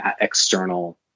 external